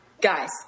guys